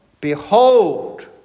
behold